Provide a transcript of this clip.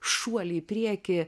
šuolį į priekį